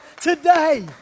today